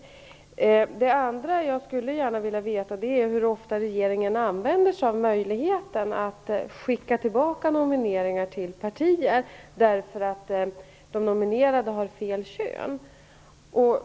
För det andra skulle jag gärna vilja veta hur ofta regeringen använder sig av möjligheten att skicka tillbaka nomineringar till partier därför att de nominerade har fel kön.